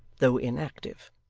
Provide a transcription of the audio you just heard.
though inactive.